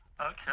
Okay